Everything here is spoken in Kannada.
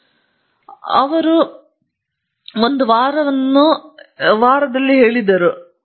ಇಂಜಿನಿಯರ್ನ ದಿನವಲ್ಲವೆಂದು ಅವರು ಫೆಬ್ರವರಿಯಲ್ಲಿ ಒಂದು ವಾರದ ಆಚರಣೆಯನ್ನು ಹೊಂದಿದ್ದಾರೆ ಅವರು ಇಂಜಿನಿಯರ್ಸ್ ವಾರವನ್ನು ಹೊಂದಿದ್ದಾರೆ